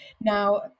Now